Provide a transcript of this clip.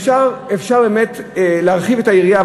אפשר באמת להרחיב את היריעה,